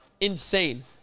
insane